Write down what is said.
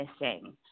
missing